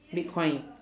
bitcoin